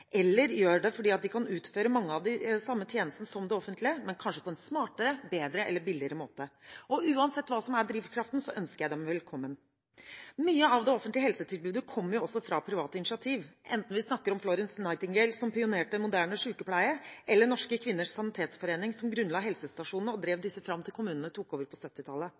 eller gjør det fordi de kan utføre mange av de samme tjenestene som det offentlige, men kanskje på en smartere, bedre eller billigere måte. Uansett hva som er drivkraften, ønsker jeg dem velkommen. Mye av det offentlige helsetilbudet kommer også fra private initiativ, enten vi snakker om Florence Nightingale som en pionér innen moderne sykepleie, eller Norske Kvinners Sanitetsforening, som grunnla helsestasjonene og drev disse fram til kommunene tok over på